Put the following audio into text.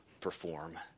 perform